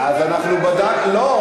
לא,